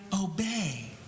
obey